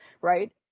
right